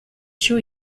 two